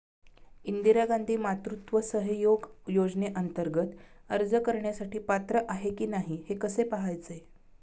इंदिरा गांधी मातृत्व सहयोग योजनेअंतर्गत अर्ज करण्यासाठी पात्र आहे की नाही हे कसे पाहायचे?